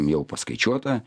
jau paskaičiuota